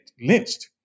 lynched